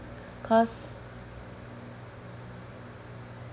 because